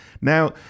Now